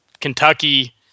Kentucky